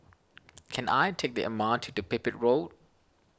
can I take the M R T to Pipit Road